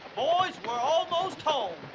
boys, we're almost home.